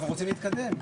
אנחנו רוצים להתקדם.